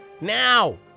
Now